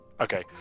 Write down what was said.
okay